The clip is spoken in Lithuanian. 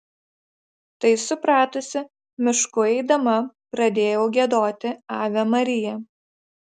tai supratusi mišku eidama pradėjau giedoti ave maria